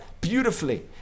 beautifully